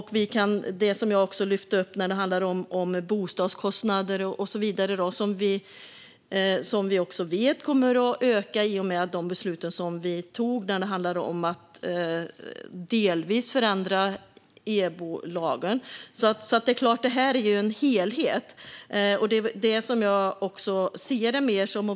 Jag lyfte också upp bostadskostnader och så vidare, vilket vi vet kommer att öka i och med de beslut vi tog när det handlade om att delvis förändra EBO-lagen. Detta är alltså en helhet.